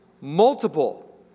multiple